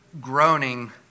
groaning